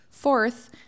Fourth